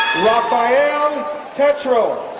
rafael tetrol,